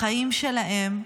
החיים שלהם,